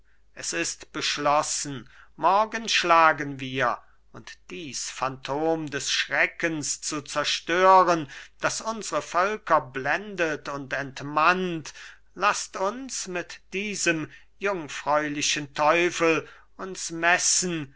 es ist beschlossen morgen schlagen wir und dies phantom des schreckens zu zerstören das unsre völker blendet und entmannt laßt uns mit diesem jungfräulichen teufel uns messen